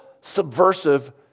subversive